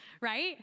Right